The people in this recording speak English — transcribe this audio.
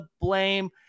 blame